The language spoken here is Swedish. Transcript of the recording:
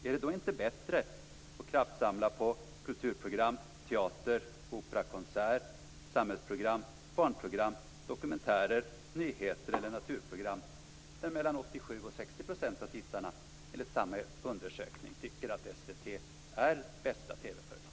Är det då inte bättre att kraftsamla när det gäller kulturprogram, teater, opera, konsert, samhällsprogram, barnprogram, dokumentärer, nyheter eller naturprogram där mellan 87 och 60 % av tittarna enligt samma undersökning tycker att SVT är bästa TV-företag?